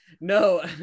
no